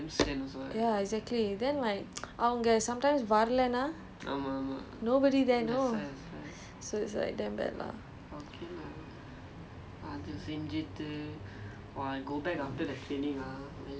so it's it's like damn hard for them to train together cause they got ya exactly then like அவங்க:avnka sometimes வரலனா:varalanaa nobody there know so it's like damn bad lah